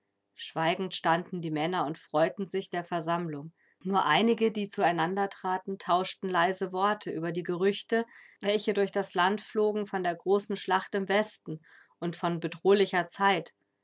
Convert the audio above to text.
schweigend standen die männer und freuten sich der versammlung nur einige die zueinander traten tauschten leise worte über die gerüchte welche durch das land flogen von der großen schlacht im westen und von bedrohlicher zeit